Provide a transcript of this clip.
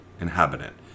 inhabitant